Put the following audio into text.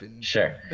sure